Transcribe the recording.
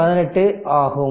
18 ஆகும்